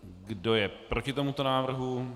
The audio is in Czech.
Kdo je proti tomuto návrhu?